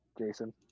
Jason